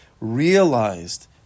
realized